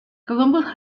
columbus